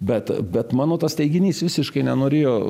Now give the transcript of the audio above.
bet bet mano tas teiginys visiškai nenorėjo